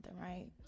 right